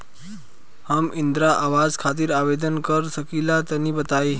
हम इंद्रा आवास खातिर आवेदन कर सकिला तनि बताई?